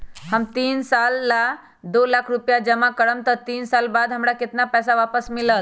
हम तीन साल ला दो लाख रूपैया जमा करम त तीन साल बाद हमरा केतना पैसा वापस मिलत?